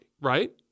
right